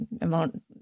amount